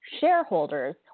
shareholders